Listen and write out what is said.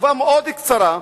תקופה מאוד קצרה,